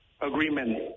agreement